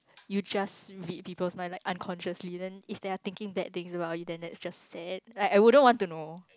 you just read people's mind like unconsciously then if they are thinking bad things about you then that's just sad like I wouldn't want to know